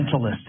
environmentalists